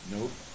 Nope